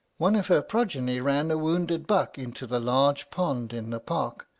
one of her progeny ran a wounded buck into the large pond in the park,